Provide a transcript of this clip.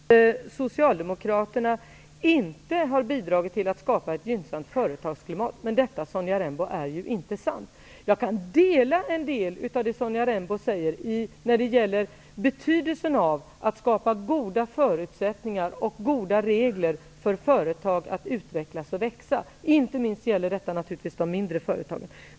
Herr talman! Nu lyser inte min lampa till mikrofonen igen. Ödets lotter falla olika. Sonja Rembo säger att socialdemokraterna inte har bidragit till att skapa ett gynnsamt företagsklimat. Men detta, Sonja Rembo, är inte sant. Jag delar uppfattningen i en del av det Sonja Rembo säger, t.ex. när det gäller betydelsen av att skapa goda förutsättningar och goda regler för företag att utvecklas och växa, inte minst gäller detta naturligtvis de mindre företagen.